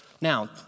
Now